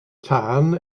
tân